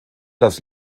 das